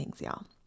y'all